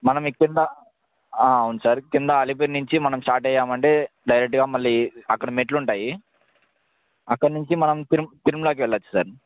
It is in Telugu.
మనము కింద అవును సార్ కింద అలిపిరి నుంచి మనం స్టార్ట్ అయ్యాం అంటే డైరెక్టుగా మళ్ళీ అక్కడ మెట్లుంటాయి అక్కడ నుంచి మనం తిరుమల తిరుమలకి వెళ్ళచ్చు సార్